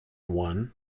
one